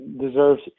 deserves